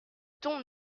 ton